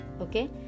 Okay